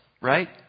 right